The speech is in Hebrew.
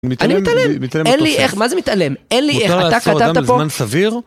אני מתעלם, אין לי איך, מה זה מתעלם, אין לי איך, מותר לעצור אדם בזמן סביר?